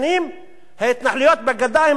ההתנחלויות בגדה הן החלק הקטן,